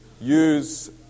use